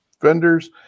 vendors